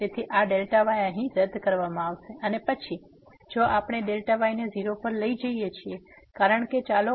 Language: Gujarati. તેથી આ Δy અહીં રદ કરવામાં આવશે અને પછી જો આપણે Δy ને 0 પર લઈએ છીએ કારણ કે ચાલો આપણે ફરીથી લખીએ Δy→0